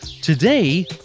Today